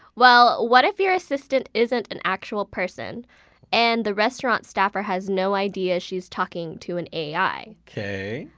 well, what if your assistant isn't an actual person and the restaurant staffer has no idea she's talking to an a i?